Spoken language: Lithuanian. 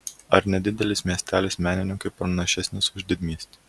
ar nedidelis miestelis menininkui pranašesnis už didmiestį